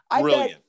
brilliant